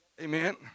Amen